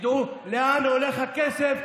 כשתדעו לאן הולך הכסף,